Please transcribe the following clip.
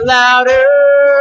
louder